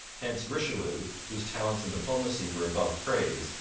hence richelieu, whose talents in diplomacy were above praise,